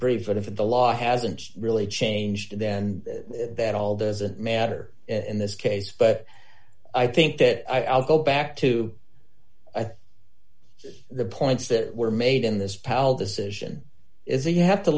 if the law hasn't really changed then that all doesn't matter in this case but i think that i'll go back to the points that were made in this pal decision is you have to